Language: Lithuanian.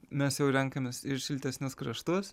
mes jau renkamės ir šiltesnius kraštus